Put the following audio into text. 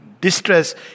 Distress